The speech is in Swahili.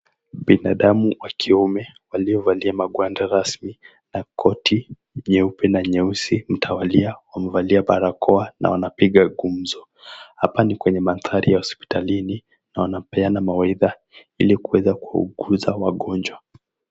Binadamu wa kiume waliovalia magwanda rasmi na koti jeupe na nyeusi mtawalia wamevalia barakoa na wanapiga gumzo. Hapa ni kwenye maandhari ya hosipitalini na wanapeana mawaidha iliwaweze kuuguza wagonjwa.